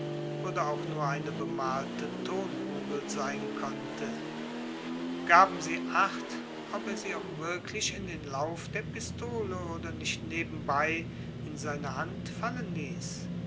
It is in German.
oder auch nur eine bemalte tonkugel sein konnte gaben sie acht ob er sie auch wirklich in den lauf der pistole oder nicht nebenbei in seine hand fallen ließ